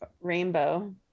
rainbow